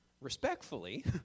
respectfully